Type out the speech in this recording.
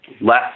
less